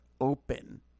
open